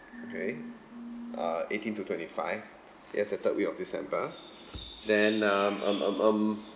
okay(uh) eighteen to twenty-five yes the third week of december then um um um